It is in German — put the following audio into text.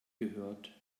gehört